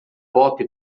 pop